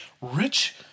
rich